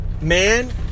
man